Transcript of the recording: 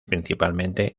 principalmente